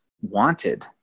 wanted